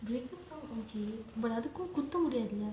break up song okay but அதுக்கும் குத்த முடியாதுல:athukum kutha mudiyaathula